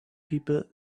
people